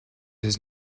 his